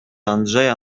andrzeja